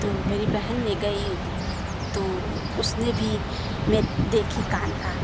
तो मेरी बहन ने गई तो उसने भी देखी कान का